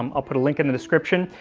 um i'll put a link in the description,